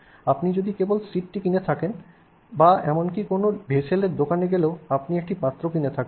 আপনি যদি কেবল শীটটি কিনে থাকেন বা এমনকি কোনও ভেসেলের দোকানে গেলেও আপনি একটি পাত্র কিনে থাকেন